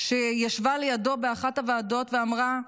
ישבה לידו באחת הוועדות, אמרה: